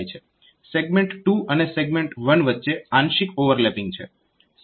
segment 2 અને segment 1 વચ્ચે આંશિક ઓવરલેપિંગ છે